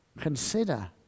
Consider